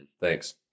Thanks